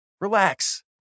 Relax